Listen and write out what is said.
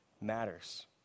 matters